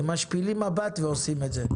הם משפילים מבט ועושים את זה.